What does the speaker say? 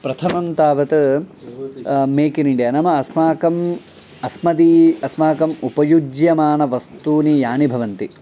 प्रथमं तावत् make in India नाम अस्माकम् अस्मदीय अस्माकम् उपयुज्यमानानि वस्तूनि यानि भवन्ति